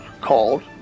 called